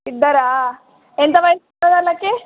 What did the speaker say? ఇద్దరా ఎంత వయసు ఉంటుంది వాళ్ళకి